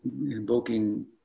invoking